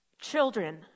Children